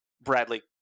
Bradley